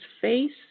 face